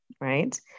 right